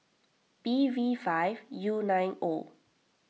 B V five U nine O